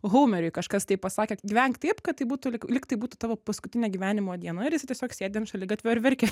houmeriui kažkas tai pasakė gyvenk taip kad tai būtų lyg lyg tai būtų tavo paskutinė gyvenimo diena ir jis tiesiog sėdi ant šaligatvio ir verkia